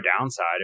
downside